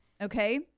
okay